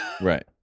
Right